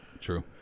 True